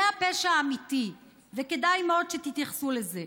זה הפשע האמיתי, וכדאי מאוד שתתייחסו לזה.